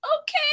okay